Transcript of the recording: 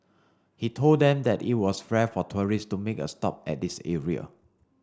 he told them that it was rare for tourist to make a stop at this area